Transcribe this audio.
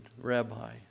rabbi